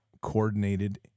coordinated